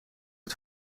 het